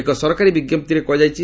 ଏକ ସରକାରୀ ବିଞ୍ଜପ୍ତିରେ କୁହାଯାଇଛି